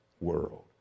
world